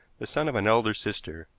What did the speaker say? the son of an elder sister.